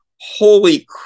holy